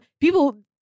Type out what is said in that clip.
People